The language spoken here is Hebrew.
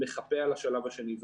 מחפה על השלב השני.